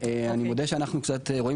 (הצגת מצגת) אני מודה שאנחנו רואים קצת תמונה